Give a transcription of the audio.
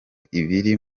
ibiri